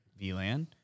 VLAN